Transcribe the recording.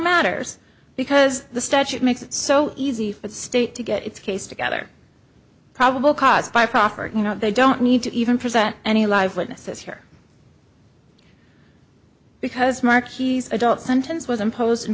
matters because the statute makes it so easy for the state to get its case together probable cause by proffer you know they don't need to even present any live witnesses here because mark he's adult sentence was imposed in